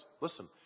Listen